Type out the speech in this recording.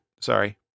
Sorry